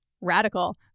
radical